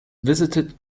visited